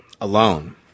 alone